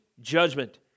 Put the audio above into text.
judgment